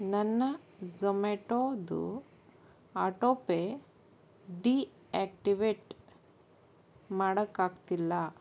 ನನ್ನ ಝೊಮ್ಯಾಟೊದು autopay deactivate ಮಾಡಕ್ಕಾಗ್ತಿಲ್ಲ